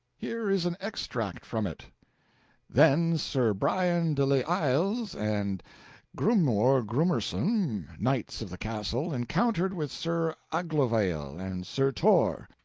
here is an extract from it then sir brian de les isles and grummore grummorsum, knights of the castle, encountered with sir aglovale and sir tor,